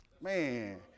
Man